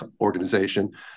organization